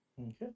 Okay